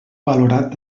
valorat